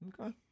Okay